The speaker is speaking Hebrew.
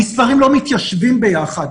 המספרים לא מתיישבים ביחד.